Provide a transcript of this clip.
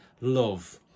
Love